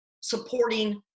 supporting